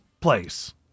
place